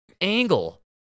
angle